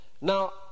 Now